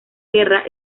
guerra